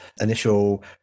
initial